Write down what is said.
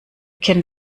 kennt